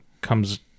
comes